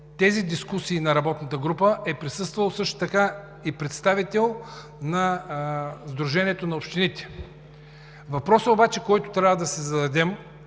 На дискусиите на работната група е присъствал представител на Сдружението на общините. Въпросът обаче, който трябва да си зададем,